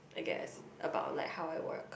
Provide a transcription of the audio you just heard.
I guess about like how I work